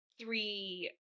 three